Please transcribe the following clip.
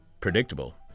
predictable